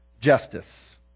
justice